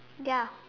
ya